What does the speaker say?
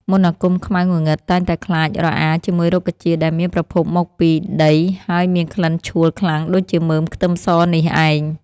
មន្តអាគមខ្មៅងងឹតតែងតែខ្លាចរអាជាមួយរុក្ខជាតិដែលមានប្រភពមកពីដីហើយមានក្លិនឆួលខ្លាំងដូចជាមើមខ្ទឹមសនេះឯង។